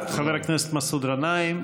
חבר הכנסת מסעוד גנאים,